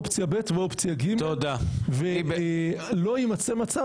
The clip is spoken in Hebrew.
אופציה ב' ואופציה ג' ולא יימצא מצב